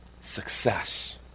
Success